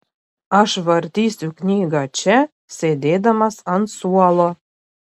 aš vartysiu knygą čia sėdėdamas ant suolo